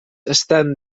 estan